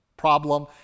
problem